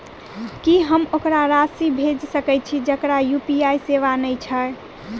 की हम ओकरा राशि भेजि सकै छी जकरा यु.पी.आई सेवा नै छै?